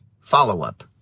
follow-up